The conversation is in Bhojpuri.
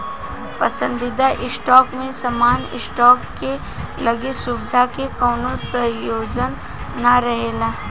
पसंदीदा स्टॉक में सामान्य स्टॉक के लगे सुविधा के कवनो संयोजन ना रहेला